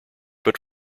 but